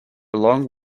along